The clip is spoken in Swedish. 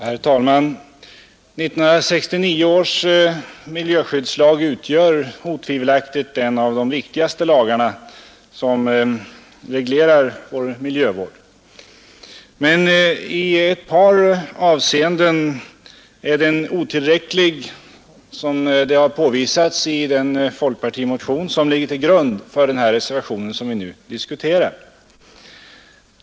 Herr talman! 1969 års miljöskyddslag utgör otvivelaktigt en av de viktigaste lagar som reglerar miljövården. Men i ett par avseenden är den otillräcklig. Det har påvisats i den folkpartimotion som ligger till grund för den reservation vi nu diskuterar.